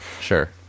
sure